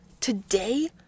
today